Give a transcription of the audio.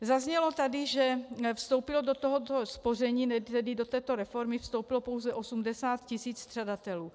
Zaznělo tady, že vstoupilo do tohoto spoření, tedy do této reformy, vstoupilo pouze 80 tisíc střadatelů.